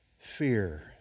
fear